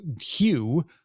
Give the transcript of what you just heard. Hugh